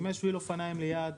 אם יש שביל אופניים ליד,